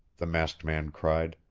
the masked man cried.